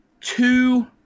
two